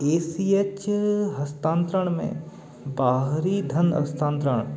ए C H अ हस्तांतरण में बाहरी धन हस्तांतरण